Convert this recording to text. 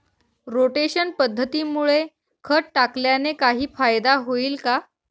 Rotation पद्धतीमुळे खत टाकल्याने काही फायदा होईल का?